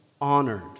honored